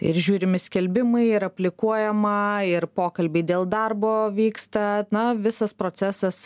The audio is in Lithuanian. ir žiūrimi skelbimai replikuojama ir pokalbiai dėl darbo vyksta na visas procesas